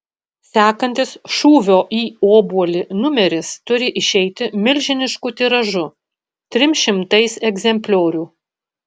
sekantis šūvio į obuolį numeris turi išeiti milžinišku tiražu trim šimtais egzempliorių